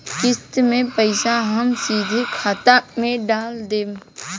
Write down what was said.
किस्त के पईसा हम सीधे खाता में डाल देम?